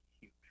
huge